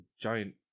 giant